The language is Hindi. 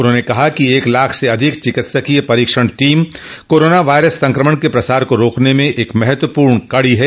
उन्होंने कहा कि एक लाख से अधिक चिकित्सकोय परीक्षण टीम कोरोना वायरस संक्रमण के प्रसार को रोकने में एक महत्वपूर्ण कड़ी है